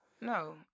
No